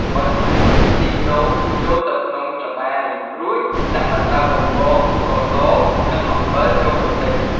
បន្ថែមទឹកខ្ទិះដូងចូលទៅក្នុងល្បាយ រួចដាក់ម្សៅបំពង ស្ករស និងអំបិលចូលបន្តិច។